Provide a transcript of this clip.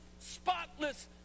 spotless